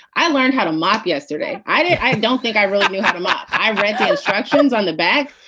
i learned how to mop yesterday. i don't think i really knew how to mop. i read the instructions on the bag.